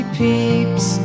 peeps